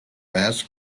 mass